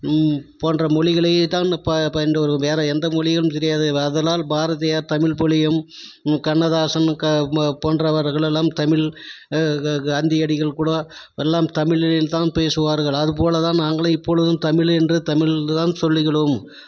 போன்ற மொழிகளைத் தான் பயின்று வருவோம் வேற எந்த மொழியும் தெரியாது ஆதலால் பாரதியார் தமிழ் மொழியும் கண்ணதாசன் க மு போன்றவர்கள் எல்லாம் தமிழ் காந்தியடிகள் கூட எல்லாம் தமிழில் தான் பேசுவார்கள் அதுபோல் தான் நாங்களும் இப்பொழுதும் தமிழ் என்று தமிழ் தான் சொல்கிறோம்